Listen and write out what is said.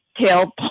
tail